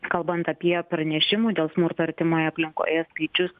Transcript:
kalbant apie pranešimų dėl smurto artimoje aplinkoje skaičius